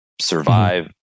survive